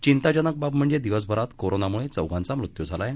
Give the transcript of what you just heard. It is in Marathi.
चिंताजनक बाब म्हणजे दिवसभरात करोनामुळे चौघांचा मृत्यू झाला आहे